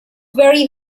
very